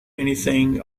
anything